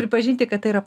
pripažinti kad tai yra